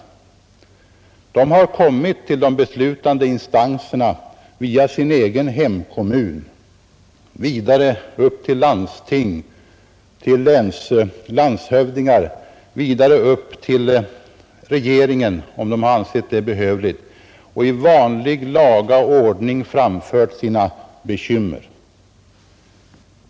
De kommer till de beslutande instanserna via sin egen hemkommun, om de anser detta behövligt, och framför där i vanlig ordning sina bekymmer.